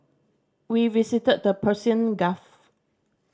we visited the Persian Gulf